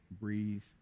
breathe